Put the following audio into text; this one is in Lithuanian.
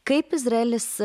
kaip izraelis